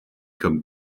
comme